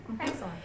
Excellent